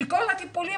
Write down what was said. שכל הטיפולים,